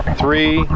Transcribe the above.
three